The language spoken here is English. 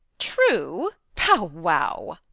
true! pow, wow.